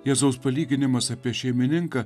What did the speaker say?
jėzaus palyginimas apie šeimininką